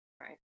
Right